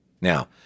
Now